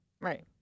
Right